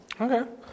Okay